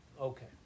Okay